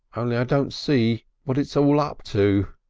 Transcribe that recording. only i don't see what it's so all up to.